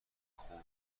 خوب